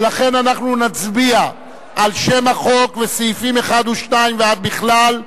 ולכן אנחנו נצביע על שם החוק וסעיפים 1 ו-2 ועד בכלל,